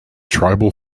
tribal